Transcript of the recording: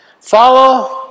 Follow